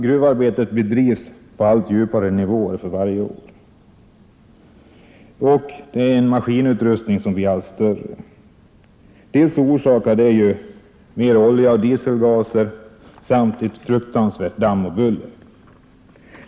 Gruvarbetet bedrivs också på allt djupare nivåer för varje år och med en allt större maskinutrustning. Dessa maskiner orsakar ännu mer oljeoch dieselgaser, damm och ett fruktansvärt buller.